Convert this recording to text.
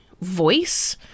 voice